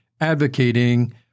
advocating